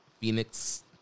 Phoenix